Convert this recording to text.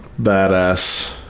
badass